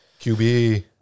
QB